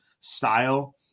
style